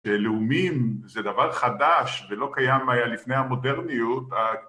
לאומים זה דבר חדש ולא קיים מה היה לפני המודרניות